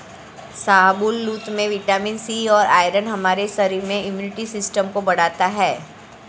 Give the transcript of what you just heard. शाहबलूत में vitamin C और आयरन हमारे शरीर में इम्युनिटी सिस्टम को बढ़ता है